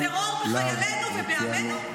של הטרור בחיינו ובעמנו?